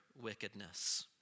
wickedness